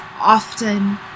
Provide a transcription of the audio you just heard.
often